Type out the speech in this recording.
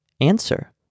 Answer